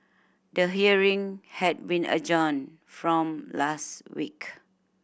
the hearing had been adjourned from last week